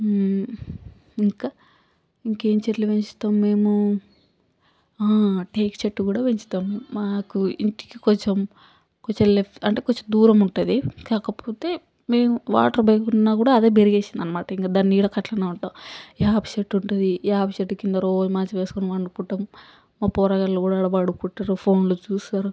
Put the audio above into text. ఇంకా ఇంకేం చెట్లు పెంచుతం మేము టేకు చెట్టు కూడా పెంచుతాం మేము మాకు ఇంటికి కొంచెం కొంచెం లెఫ్ట్ అంటే కొంచెం దూరం ఉంటది కాకపోతే మేము వాటర్ పోయకున్నా కూడా అదే పెరిగేసింది అనమాట ఇంకా దాన్ని నీడకట్లానే ఉంటాం వేప చెట్టు ఉంటది వేప చెట్టు కింద రోజూ మంచం వేసుకొని పడుకుంటాం మా పోరగాళ్లు కూడ ఆడ పడుకుంటారు ఫోన్లు చూస్తారు